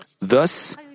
Thus